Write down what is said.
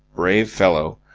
brave fellow!